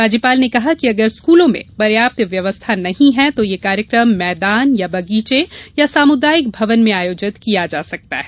राज्यपाल ने कहा है कि अगर स्कूलों में पर्याप्त व्यवस्था नहीं है तो ये कार्यक्रम मैदान या बगीचे या सामुदायिक भवन में आयोजित किया जा सकता है